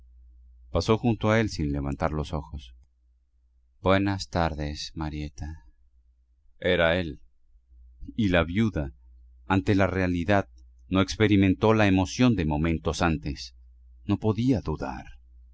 pasó junto a él sin levantar los ojos buenas tardes marieta era él y la viuda ante la realidad no experimentó la emoción de momentos antes no podía dudar